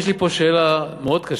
יש לי פה שאלה מאוד קשה,